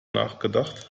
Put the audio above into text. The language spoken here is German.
nachgedacht